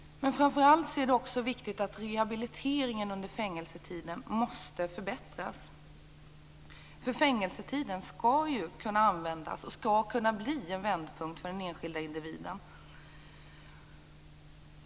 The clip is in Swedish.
Framför allt är det också viktigt att rehabiliteringen under fängelsetiden förbättras. Fängelsetiden skall ju kunna användas och kunna bli en vändpunkt för den enskilda individen.